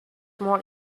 more